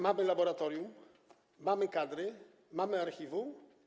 Mamy laboratorium, mamy kadry, mamy archiwum.